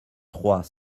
trois